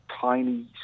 tiny